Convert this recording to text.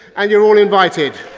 and you are all invited.